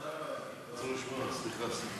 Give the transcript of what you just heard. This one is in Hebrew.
סליחה.